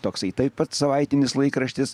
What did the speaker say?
toksai taip pat savaitinis laikraštis